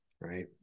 right